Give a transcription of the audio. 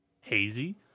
hazy